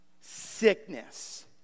sickness